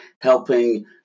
helping